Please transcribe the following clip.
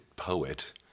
poet